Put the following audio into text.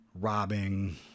robbing